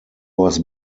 was